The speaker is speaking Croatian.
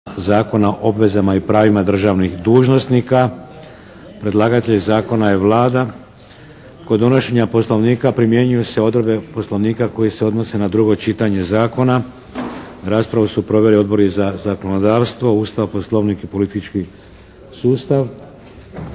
Zakona o obvezama i pravima državnih dužnosnika, drugo čitanje, P.Z. br. 527 Predlagatelj zakona je Vlada. Kod donošenja Poslovnika primjenjuju se odredbe Poslovnika koje se odnose na drugo čitanje zakona. Raspravu su proveli Odbori za zakonodavstvo, Ustav, Poslovnik i politički sustav.